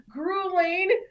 grueling